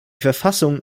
verfassung